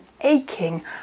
aching